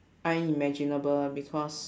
unimaginable because